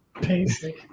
basic